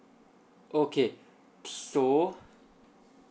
okay so